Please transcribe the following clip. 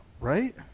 right